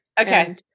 Okay